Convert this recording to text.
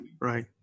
right